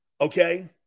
okay